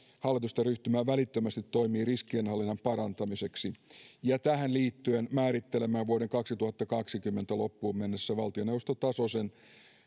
hallitusta ryhtymään välittömästi toimiin riskienhallinnan parantamiseksi ja tähän liittyen määrittelemään vuoden kaksituhattakaksikymmentä loppuun mennessä valtioneuvostotasoisen